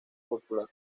popular